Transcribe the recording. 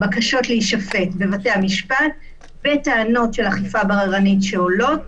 בקשות להישפט בבתי המשפט בטענות של אכיפה בררנית שעולות,